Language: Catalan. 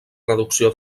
reducció